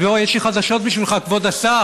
אז בוא, יש לי חדשות בשבילך, כבוד השר,